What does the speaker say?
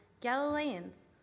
Galileans